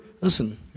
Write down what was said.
listen